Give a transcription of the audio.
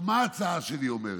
מה ההצעה שלי אומרת?